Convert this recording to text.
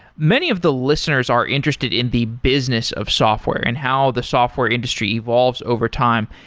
many of the listeners are interested in the business of software and how the software industry evolves over time.